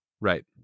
right